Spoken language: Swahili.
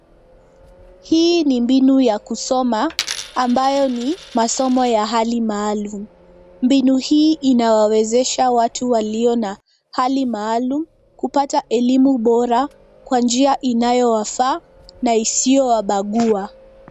Hii ni mbinu ya kusoma ambayo ni masomo ya hali maalum. Mbinu hii inawawezesha watu walio na hali maalum kupata elimu bora kwa njia inayowafaa na isiyowabagua.